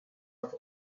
i’ve